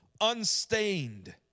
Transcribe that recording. unstained